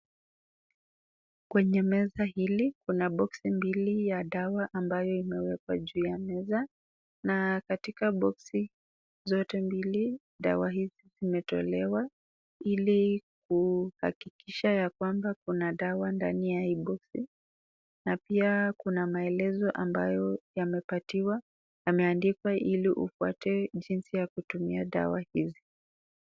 Kwenye meza hili, kuna boxi mbili ya dawa ambayo imewekwa juu ya meza hii, na katika boxi zote mbili, dawa hizi zimetolewa, ili kuhakikisha kuna dawa kwa hii boxi , na pia kuna maelezo ambayo yamepatiwa, yameandikwa ili upate jinsi ya kutumia dawa hizi.